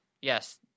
yes